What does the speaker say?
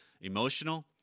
emotional